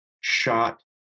shot